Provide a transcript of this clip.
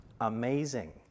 amazing